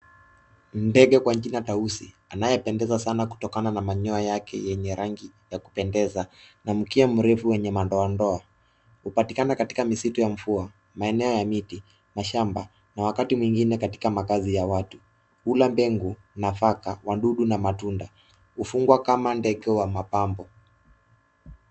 Ndege kwa jina tausi; anayependeza sana kutokana na manyoya yake yenye rangi ya kupendeza, na mkia mrefu wenye madoadoa. Hupatikana katika misitu ya mvua, maeneo ya miti na shamba na wakati mwingine katika makazi ya watu. Hula mbegu, nafaka, wadudu na matunda. Hufugwa kama ndege wa mapambo.